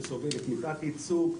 שסובלת מתת ייצוג.